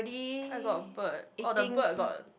I got bird oh the bird got